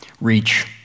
reach